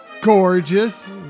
gorgeous